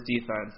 defense